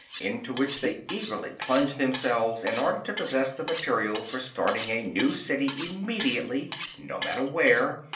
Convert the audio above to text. into which they eagerly plunge themselves in order to possess the material for starting a new city immediately, no matter where,